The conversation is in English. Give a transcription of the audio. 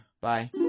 Bye